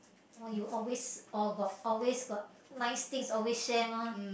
oh you always oh got always got nice things always share mah